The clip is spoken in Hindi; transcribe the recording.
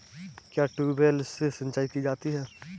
क्या ट्यूबवेल से सिंचाई की जाती है?